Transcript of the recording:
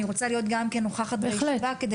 אני רוצה להיות גם כן נוכחת בישיבה כדי